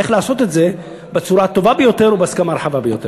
איך לעשות את זה בצורה הטובה ביותר ובהסכמה הרחבה יותר.